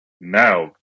Now